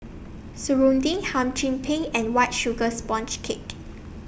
Serunding Hum Chim Peng and White Sugar Sponge Cake